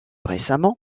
récemment